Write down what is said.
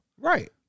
Right